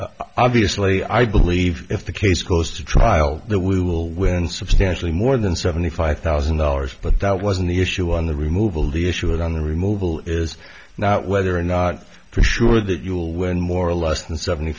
obviously i believe if the case goes to trial that we will win substantially more than seventy five thousand dollars but that wasn't the issue on the removal the issue on removal is not whether or not for sure that you will win more or less than seventy